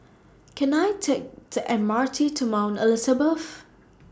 Can I Take The M R T to Mount Elizabeth